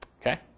Okay